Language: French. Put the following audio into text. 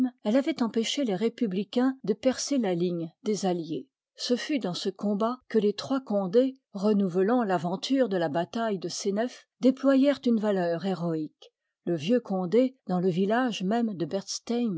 elle avoit empêché les républicains de percer là ligne des alliés ce fut dans ce combat que les trois cortdés renouvelant taventure de la bataille de senef déployèrent une valeur héroïque k vieux condc dans le illage adëcemb même de berstheim